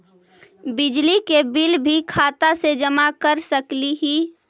बिजली के बिल भी खाता से जमा कर सकली ही?